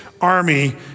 Army